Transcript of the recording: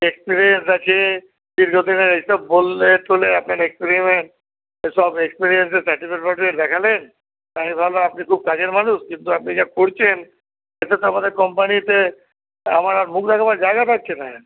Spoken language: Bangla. এক্সপেরিয়েন্স আছে এইসব এক্সপেরিয়েন্সর সার্টিফিকেট টারটিফিকেট দেখালেন তাই আমি ভাবলাম আপনি খুব কাজের মানুষ কিন্তু আপনি যা করছেন এতে তো আমাদের কোম্পানিতে আমার আর মুখ দেখাবার জায়গা থাকছে না